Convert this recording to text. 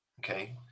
Okay